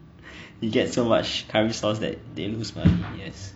you get so much curry sauce that they lose money